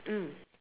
mm